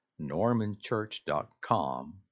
normanchurch.com